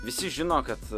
visi žino kad